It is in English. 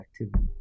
activity